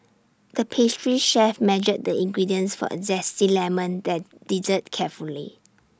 the pastry chef measured the ingredients for A Zesty Lemon that dessert carefully